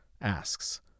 asks